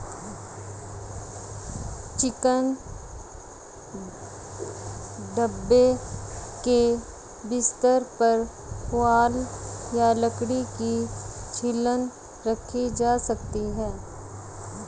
chicken दड़बे के बिस्तर पर पुआल या लकड़ी की छीलन रखी जा सकती है